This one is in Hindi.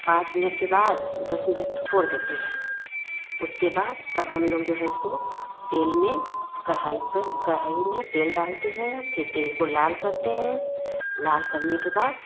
पाँच मिनट के बाद दस मिनट छोड़ देते हैं उसके बाद तब हम लोग जो है उसको तेल में कढ़ाई पर कढ़ाई में तेल डालते हैं फिर तेल को लाल करते हैं लाल करने के बाद